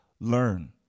learn